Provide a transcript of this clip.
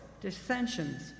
dissensions